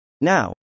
Now